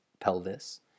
pelvis